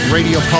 Radio